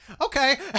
okay